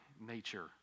nature